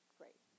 great